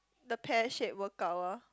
the pear shaped workout ah